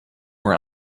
were